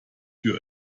tür